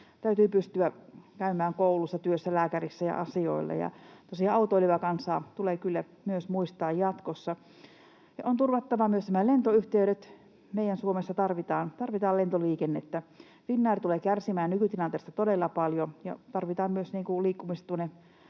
Täytyy pystyä käymään koulussa, työssä, lääkärissä ja asioilla, ja tosiaan myös autoilevaa kansaa tulee kyllä muistaa jatkossa. On turvattava myös lentoyhteydet. Meidän Suomessa tarvitaan lentoliikennettä. Finnair tulee kärsimään nykytilanteesta todella paljon, ja tarvitaan myös liikkumista